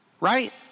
right